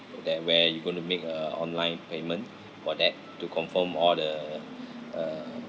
that where you going to make a online payment for that to confirm all the uh